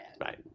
Right